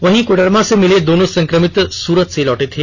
वहीं कोडरमा से मिले दोनों संक्रमित सूरत से लौटे थे